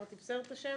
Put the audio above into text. בבקשה.